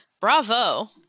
bravo